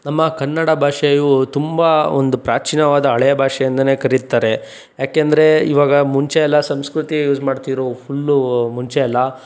ನಮ್ಮ ಕನ್ನಡ ಭಾಷೆಯು ತುಂಬ ಒಂದು ಪ್ರಾಚೀನವಾದ ಹಳೆಯ ಭಾಷೆ ಅಂತಲೇ ಕರೀತಾರೆ ಯಾಕೆಂದರೆ ಈವಾಗ ಮುಂಚೆ ಎಲ್ಲ ಸಂಸ್ಕೃತಿ ಯೂಸ್ ಮಾಡ್ತಿದ್ರು ಫುಲ್ಲು ಮುಂಚೆ ಎಲ್ಲ